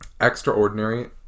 Extraordinary